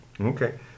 Okay